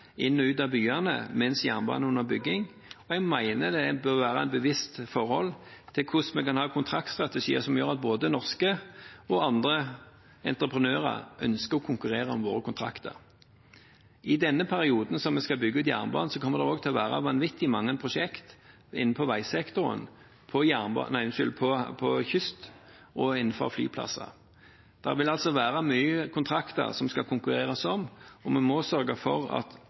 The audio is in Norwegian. inn og ut av byene mens jernbanen er under bygging, og jeg mener det bør være et bevisst forhold til hvordan vi kan ha kontraktstrategier som gjør at både norske og andre entreprenører ønsker å konkurrere om våre kontrakter. I denne perioden som vi skal bygge ut jernbanen, kommer det også til å være vanvittig mange prosjekt innenfor veisektoren, kystsektoren og flyplasser. Det vil altså være mange kontrakter å konkurrere om, og vi må sørge for at